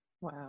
wow